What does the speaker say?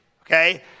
okay